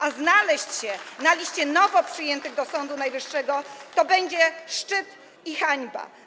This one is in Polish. A znaleźć się na liście nowo przyjętych do Sądu Najwyższego to będzie szczyt i hańba.